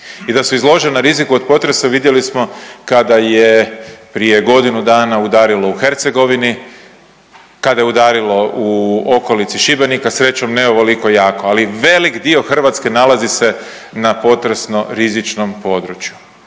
I da su izložena riziku od potresa vidjeli smo kada je prije godinu dana udarilo u Hercegovini, kada je udarilo u okolici Šibenika, srećom ne ovoliko jako, ali velik dio Hrvatske nalazi se na potresno rizičnom području.